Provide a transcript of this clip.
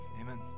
amen